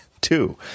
two